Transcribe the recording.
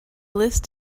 list